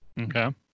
Okay